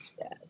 Yes